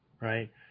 right